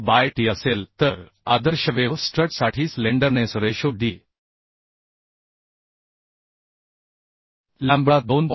5d by T असेल तर आदर्श वेव्ह स्ट्रटसाठी स्लेंडरनेस रेशो d लॅम्बडा 2